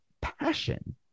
passion